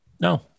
no